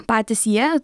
patys jie